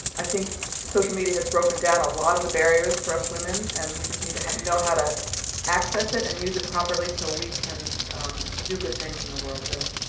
i think social media has broken down a lot of the barriers for us women and we just need to know how to access it and use it properly so we can do good things in the world. thank